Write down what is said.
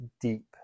deep